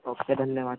okay धन्यवाद